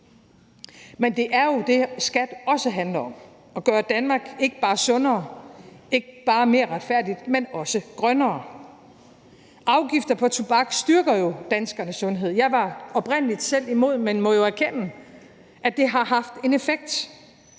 men det er jo det, skat også handler om, nemlig at gøre Danmark ikke bare sundere, ikke bare mere retfærdigt, men også grønnere. Afgifter på tobak styrker jo danskernes sundhed. Jeg var oprindelig selv imod, men må jo erkende, at det har haft en effekt.